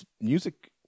music